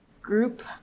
group